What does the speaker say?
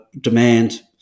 demand